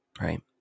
Right